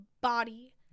body